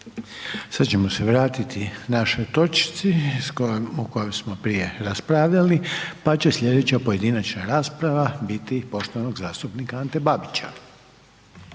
Sad ćemo vratiti našoj točci o kojoj smo prije raspravljali, pa će slijedeća pojedinačna rasprava biti poštovanog zastupnika Ante Babića.